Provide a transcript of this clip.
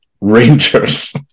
Rangers